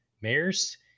mayor's